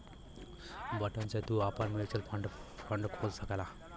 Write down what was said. button से तू आपन म्युचुअल फ़ंड खोल सकला